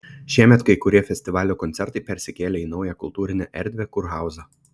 šiemet kai kurie festivalio koncertai persikėlė į naują kultūrinę erdvę kurhauzą